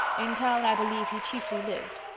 in town i believe he chiefly lived,